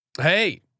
Hey